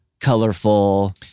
colorful